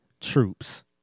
troops